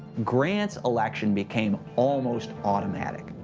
grant's election became almost automatic.